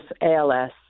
ALS